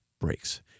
breaks